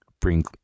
bring